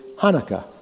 hanukkah